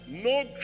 no